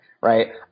right